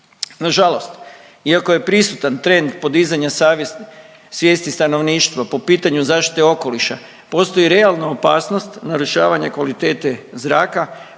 Na žalost, iako je prisutan trend podizanja savjesti, svijesti stanovništva po pitanju zaštite okoliša postoji realna opasnost narušavanje kvalitete zraka